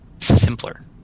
simpler